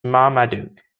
marmaduke